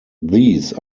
these